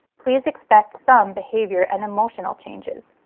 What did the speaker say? please expect some behavior and emotional changes.